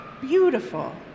beautiful